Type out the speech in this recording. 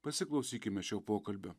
pasiklausykime šio pokalbio